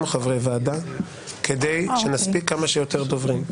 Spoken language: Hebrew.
חברי ועדה כדי שנספיק כמה שיותר דוברים.